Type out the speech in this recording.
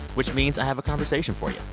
which means i have a conversation for you.